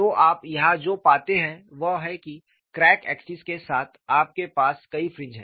तो आप यहां जो पाते हैं वह है क्रैक एक्सिस के साथ आपके पास कई फ्रिंज हैं